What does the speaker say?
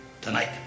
tonight